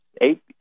eight